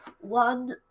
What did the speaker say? one